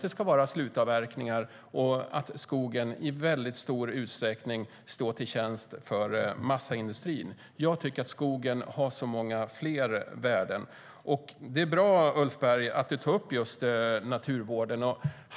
Det ska vara slutavverkningar, och skogen står i väldigt stor utsträckning till tjänst för massaindustrin. Skogen har så många fler värden. Det är bra, Ulf Berg, att du tar upp just naturvården.